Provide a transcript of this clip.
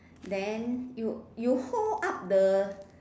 then you you hold up the